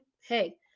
hey